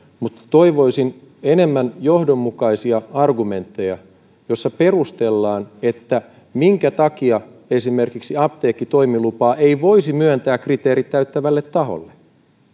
mutta toivoisin enemmän johdonmukaisia argumentteja joissa perustellaan minkä takia esimerkiksi apteekkitoimilupaa ei voisi myöntää kriteerit täyttävälle taholle